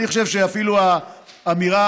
אני חושב שאפילו האמירה,